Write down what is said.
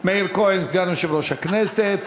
מאיר כהן, סגן יושב-ראש הכנסת.